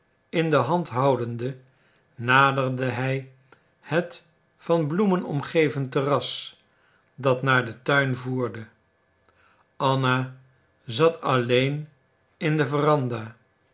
in de hand houdende naderde hij het van bloemen omgeven terras dat naar den tuin voerde anna zat alleen in de